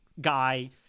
guy